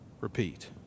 repeat